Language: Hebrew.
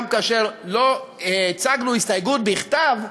גם כאשר לא הצגנו הסתייגות בכתב,